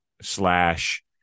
slash